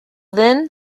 then